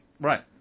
Right